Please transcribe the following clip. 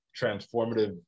transformative